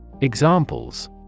Examples